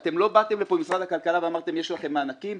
אתם לא הראיתם שיש מענקים ממשרד הכלכלה לצורך העניין הזה.